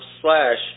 slash